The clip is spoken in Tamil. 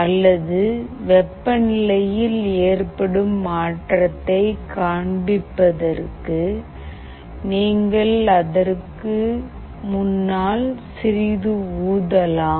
அல்லது வெப்பநிலையில் ஏற்படும் மாற்றத்தைக் காண்பதற்கு நீங்கள் அதற்கு முன்னால் சிறிது ஊதலாம்